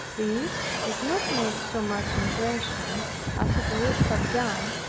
this did not make so much impression as it would have done,